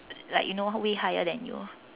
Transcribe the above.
like you know way higher than you